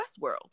Westworld